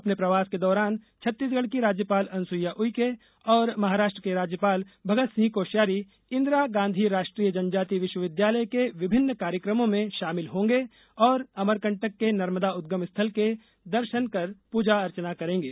अपने प्रवास के दौरान छत्तीसगढ़ की राज्यपाल अनुसुइया उईके और महाराष्ट्र के राज्यपाल भगत सिंह कोशियारी इंदिरा गांधी राष्ट्रीय जनजाति विश्वविद्यालय के विभिन्न् कार्यक्रमो मे शामिल होंगे और अमरकंटक के नर्मदा उदगम स्थल के दर्शन कर पूजा अर्चना करेंगे